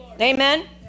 Amen